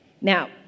Now